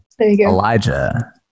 Elijah